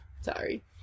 sorry